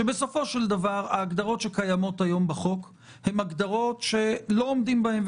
שבסופו של דבר ההגדרות שקיימות היום בחוק הן הגדרות שלא עומדים בהן,